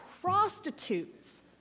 prostitutes